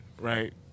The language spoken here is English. right